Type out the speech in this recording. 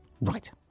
Right